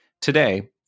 Today